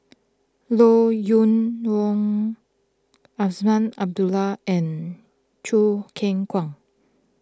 Loo you Yong Azman Abdullah and Choo Keng Kwang